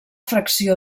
fracció